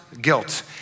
guilt